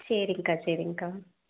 சரிங்கக்கா சரிங்கக்கா